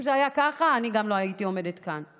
אם זה היה ככה, גם אני לא הייתי עומדת כאן.